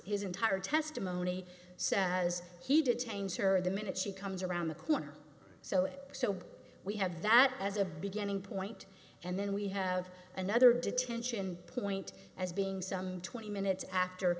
his entire testimony says he detains her the minute she comes around the corner so it so we have that as a beginning point and then we have another detention point as being some twenty minutes a